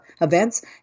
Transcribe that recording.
events